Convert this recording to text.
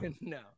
no